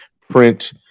print